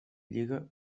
lliga